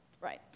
right